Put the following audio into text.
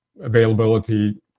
availability